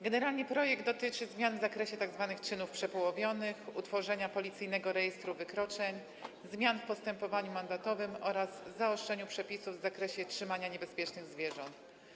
Generalnie projekt dotyczy zmian w zakresie tzw. czynów przepołowionych, utworzenia policyjnego rejestru wykroczeń, zmian w postępowaniu mandatowym oraz zaostrzenia przepisów w zakresie trzymania niebezpiecznych zwierząt.